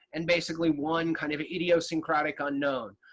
and basically one kind of idiosyncratic unknown.